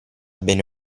bene